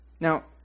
Now